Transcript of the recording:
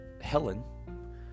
Helen